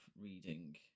reading